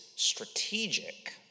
strategic